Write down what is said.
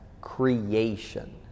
creation